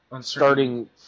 starting